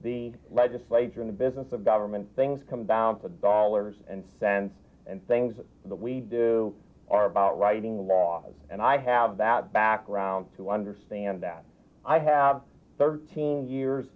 the legislature in the business of government things come down for dollars and cents and things that we do are bout writing laws and i have that background to understand that i have thirteen years